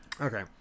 okay